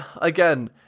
again